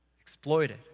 exploited